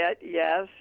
yes